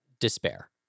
despair